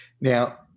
Now